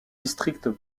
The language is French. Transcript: district